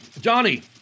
Johnny